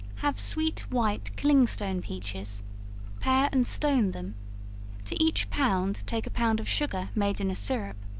have sweet, white clingstone peaches pare and stone them to each pound, take a pound of sugar made in a syrup,